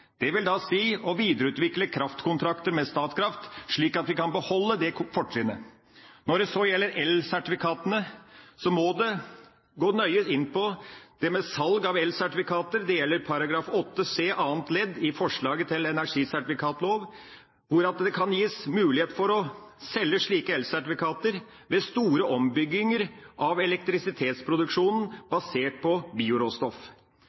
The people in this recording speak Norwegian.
Det vil da si å videreutvikle kraftkontrakter med Statkraft, slik at vi kan beholde det fortrinnet. Når det så gjelder elsertifikatene, må det gås nøye inn på det med salg av elsertifikater. Det gjelder § 8 c annet ledd i forslaget til energisertifikatlov, hvor det kan gis mulighet for å selge slike elsertifikater ved store ombygginger av elektrisitetsproduksjonen basert på bioråstoff.